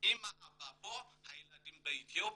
אמא ואבא פה, והילדים באתיופיה,